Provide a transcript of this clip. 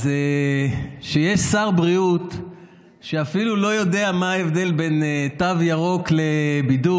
אז כשיש שר בריאות שאפילו לא יודע מה ההבדל בין תו ירוק לבידוד,